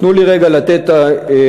תנו לי רגע לתת הצעה,